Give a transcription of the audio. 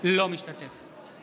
אינו משתתף בהצבעה